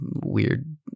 weird